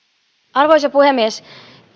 arvoisa puhemies